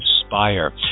inspire